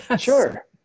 sure